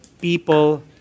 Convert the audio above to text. people